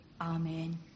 Amen